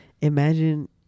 imagine